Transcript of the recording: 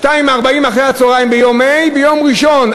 14:40 ביום ה': ביום ראשון,